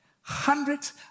hundreds